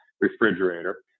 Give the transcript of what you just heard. refrigerator